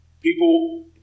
People